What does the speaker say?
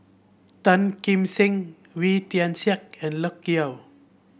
Tan Kim Seng Wee Tian Siak and Loke Yew